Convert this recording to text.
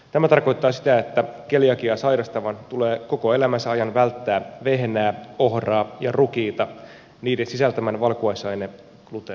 tämä tarkoittaa sitä että keliakiaa sairastavan tulee koko elämänsä ajan välttää vehnää ohraa ja rukiita niiden sisältämän valkuaisainegluteenin vuoksi